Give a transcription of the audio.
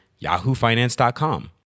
yahoofinance.com